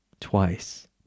twice